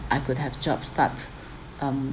I could have jobs start um